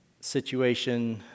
situation